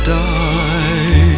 die